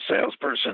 salesperson